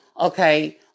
okay